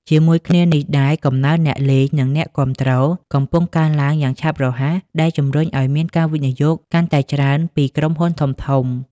ជាមួយគ្នានេះដែរ កំណើនអ្នកលេង និងអ្នកគាំទ្រ កំពុងកើនឡើងយ៉ាងឆាប់រហ័ស ដែលជំរុញឱ្យមានការវិនិយោគកាន់តែច្រើនពី ក្រុមហ៊ុនធំៗ។